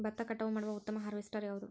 ಭತ್ತ ಕಟಾವು ಮಾಡುವ ಉತ್ತಮ ಹಾರ್ವೇಸ್ಟರ್ ಯಾವುದು?